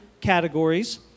categories